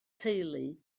teulu